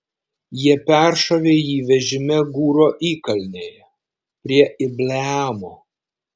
jie peršovė jį vežime gūro įkalnėje prie ibleamo